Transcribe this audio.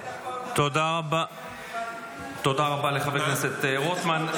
תודה רבה לחבר הכנסת רוטמן.